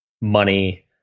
money